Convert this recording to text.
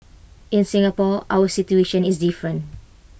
in Singapore our situation is different